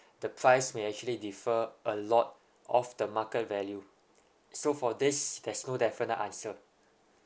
the price may actually differ a lot of the market value so for this there's no definite answer